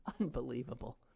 Unbelievable